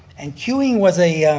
and queuing was a